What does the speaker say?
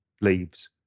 leaves